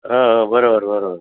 बरोबर बरोबर